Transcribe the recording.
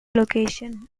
location